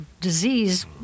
disease